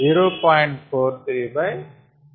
430